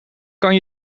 kan